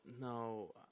No